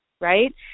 right